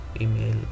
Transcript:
email